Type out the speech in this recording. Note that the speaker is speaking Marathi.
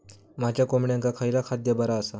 माझ्या कोंबड्यांका खयला खाद्य बरा आसा?